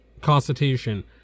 constitution